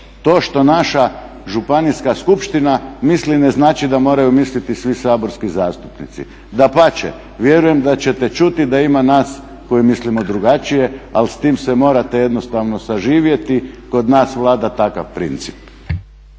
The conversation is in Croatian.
To što naša županijska skupština ne znači da moraju misliti svi saborski zastupnici, dapače, vjerujem da ćete čuti da ima nas koji mislimo drugačije ali s tim se morate jednostavno saživjeti. Kod nas vrijedi takav princip.